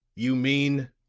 you mean,